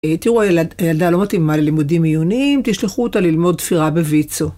אה תראו, הילד הילדה לא מתאימה ללימודים עיוניים, תשלחו אותה ללמוד תפירה בוויצו.